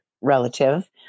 relative